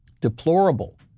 Deplorable